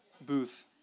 Booth